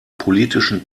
politischen